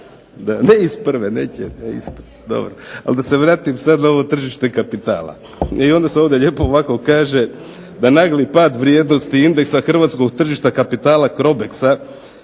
Nije to tema./… Ne iz prve, dobro. Ali da se vratim sad na ovo tržište kapitala. I onda se ovdje lijepo ovako kaže da nagli pad vrijednosti indexa hrvatskog tržišta kapitala CROBEX-a